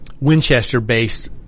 Winchester-based